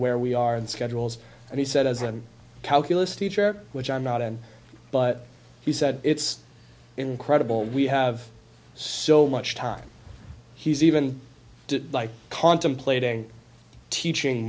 where we are in schedules and he said as a calculus teacher which i'm not in but he said it's incredible we have so much time he's even like contemplating teaching